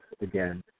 again